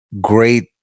great